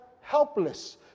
helpless